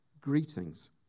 greetings